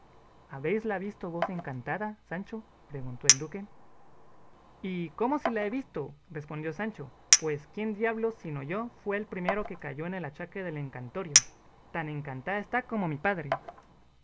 un gato habéisla visto vos encantada sancho preguntó el duque y cómo si la he visto respondió sancho pues quién diablos sino yo fue el primero que cayó en el achaque del encantorio tan encantada está como mi padre